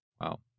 Wow